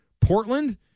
Portland